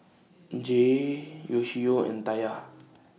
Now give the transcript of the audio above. Jair Yoshio and Taya